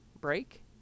break